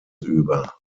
über